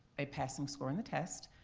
a passing score on the test,